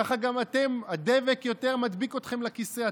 ככה גם הדבק יותר מדביק אתכם לכיסא,